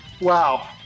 wow